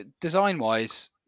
design-wise